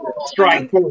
strike